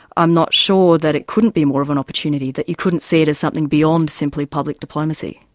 i'm not sure that it couldn't be more of an opportunity, that you couldn't see it as something beyond simply public diplomacy.